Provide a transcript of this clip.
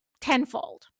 tenfold